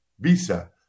Visa